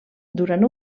durant